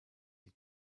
die